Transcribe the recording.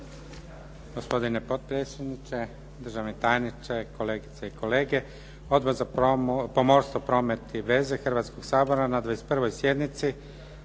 Hrvatskoga sabora na 21. sjednici